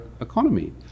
economy